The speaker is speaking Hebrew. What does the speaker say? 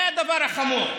זה הדבר החמור.